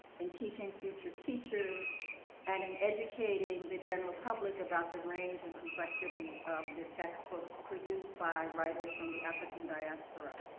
and teaching future teachers and in educating the general public about the range and complexity of the textbooks produced by writers from the african diaspora.